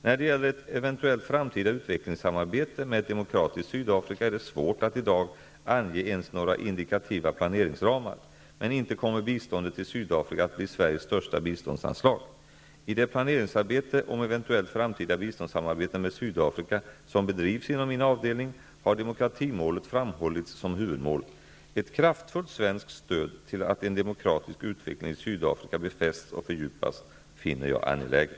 När det gäller ett eventuellt framtida utvecklingssamarbete med ett demokratiskt Sydafrika är det svårt att i dag ange ens några indikativa planeringsramar. Men biståndet till Sydafrika kommer inte att bli Sveriges största biståndsanslag. I det planeringsarbete om eventuellt framtida biståndssamarbete med Sydafrika som bedrivs inom min avdelning har demokratimålet framhållits som huvudmål. Ett kraftfullt svenskt stöd till att en demokratisk utveckling i Sydafrika befästs och fördjupas finner jag angeläget.